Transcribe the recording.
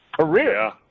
career